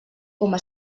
coma